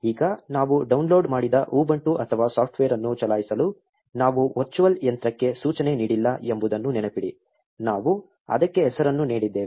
ಈಗ ನಾವು ಡೌನ್ಲೋಡ್ ಮಾಡಿದ ಉಬುಂಟು ಅಥವಾ ಸಾಫ್ಟ್ವೇರ್ ಅನ್ನು ಚಲಾಯಿಸಲು ನಾವು ವರ್ಚುವಲ್ ಯಂತ್ರಕ್ಕೆ ಸೂಚನೆ ನೀಡಿಲ್ಲ ಎಂಬುದನ್ನು ನೆನಪಿಡಿ ನಾವು ಅದಕ್ಕೆ ಹೆಸರನ್ನು ನೀಡಿದ್ದೇವೆ